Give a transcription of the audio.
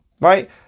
right